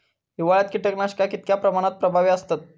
हिवाळ्यात कीटकनाशका कीतक्या प्रमाणात प्रभावी असतत?